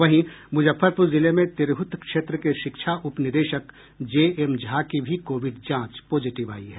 वहीं मुजफ्फरपुर जिले में तिरहुत क्षेत्र के शिक्षा उपनिदेशक जेएम झा की भी कोविड जांच पॉजिटिव आयी है